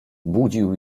budził